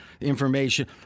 information